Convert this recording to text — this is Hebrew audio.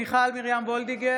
מיכל מרים וולדיגר,